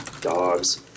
Dogs